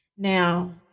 Now